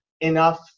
enough